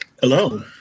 Hello